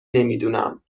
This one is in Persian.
نمیدونم